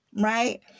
right